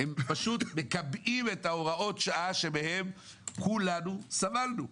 פשוט מקבעים את הוראות השעה שמהן כולנו סבלנו.